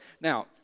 now